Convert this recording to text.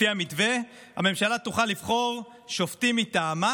לפי המתווה הממשלה תוכל לבחור שופטים מטעמה: